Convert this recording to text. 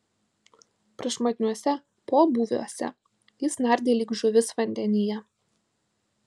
prašmatniuose pobūviuose jis nardė lyg žuvis vandenyje